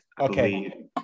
Okay